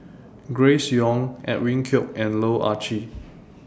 Grace Young Edwin Koek and Loh Ah Chee